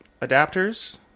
adapters